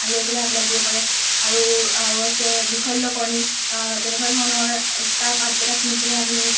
লৈ পেলাই আপোনালোক দিব পাৰে আৰু আৰু আছে বিসল্যকৰণী তেনেকুৱা ধৰণৰ তাৰ পাতকেইটা ছিঙি পিনি আপুনি